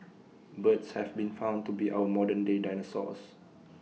birds have been found to be our modern day dinosaurs